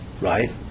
right